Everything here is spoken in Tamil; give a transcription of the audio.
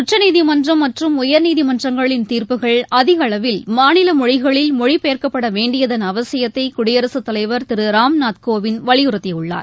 உச்சநீதிமன்றம் மற்றும் உயர்நீதிமன்றங்களின் தீர்ப்புகள் அதிக அளவில் மாநில மொழிகளில் மொழி பெயர்க்கப்பட வேண்டியதன் அவசியத்தை குடியரசுத் தலைவர் திரு ராம்நாத் கோவிந்த் வலியுறுத்தியுள்ளார்